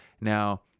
Now